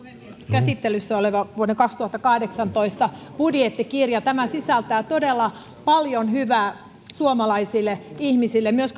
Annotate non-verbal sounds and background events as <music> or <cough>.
käsittelyssä oleva vuoden kaksituhattakahdeksantoista budjettikirja sisältää todella paljon hyvää suomalaisille ihmisille myös <unintelligible>